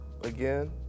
Again